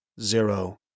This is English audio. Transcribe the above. Zero